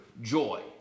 joy